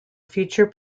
future